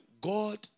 God